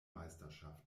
meisterschaft